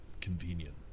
convenient